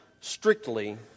strictly